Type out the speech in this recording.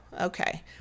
okay